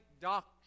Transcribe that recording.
doctrine